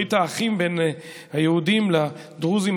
ברית האחים בין היהודים לדרוזים,